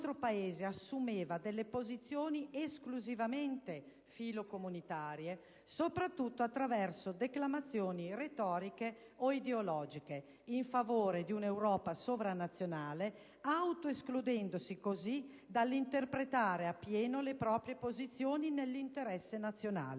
Paese assumeva delle posizioni esclusivamente filo-comunitarie, soprattutto attraverso declamazioni retoriche o ideologiche, in favore di un'Europa sovranazionale, autoescludendosi così dall'interpretare a pieno le proprie posizioni nell'interesse nazionale.